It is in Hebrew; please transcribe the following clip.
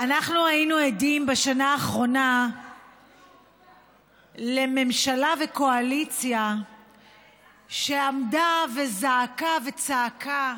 בשנה האחרונה היינו עדים לממשלה וקואליציה שעמדה וזעקה וצעקה